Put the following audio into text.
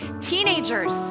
Teenagers